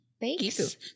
Thanks